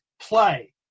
play